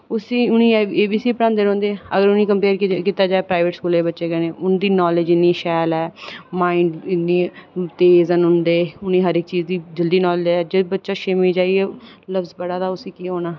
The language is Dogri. उ'नेंगी ए बी सी पढ़ांदे रौहंदे अगर उ'नेंगी कम्पेअर कीता जाए प्राईवेट स्कूलें दे बच्चें कन्नै उं'दी नॉलेज़ किन्नी शैल ऐ माइंड उं'दे तेज़ न इन्नी हारी चीज़ बी नॉलेज़ जेल्लै बच्चा छेमीं जाइयै लफ्ज़ पढ़ा दा उसी केह् औना